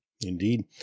Indeed